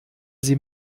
sie